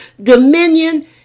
dominion